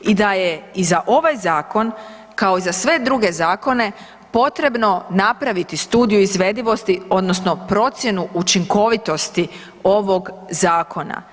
i da je i za ovaj zakon kao i za sve druge zakone, potrebno napraviti studiju izvedivosti odnosno procjenu učinkovitosti ovog zakona.